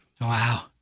Wow